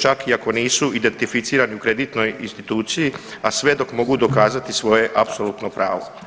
čak i ako nisu identificirani u kreditnoj instituciji, a sve dok mogu dokazati svoje apsolutno pravo.